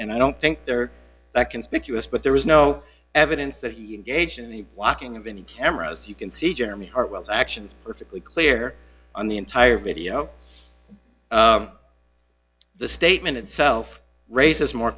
and i don't think they're that conspicuous but there was no evidence that he engaged in any walk in the venue cameras you can see jeremy hart was actions perfectly clear on the entire video the statement itself raises more